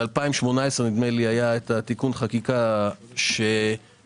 ב-2018 נדמה לי היה תיקון חקיקה ששינה